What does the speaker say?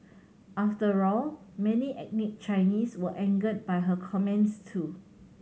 after all many ethnic Chinese were angered by her comments too